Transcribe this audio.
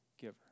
giver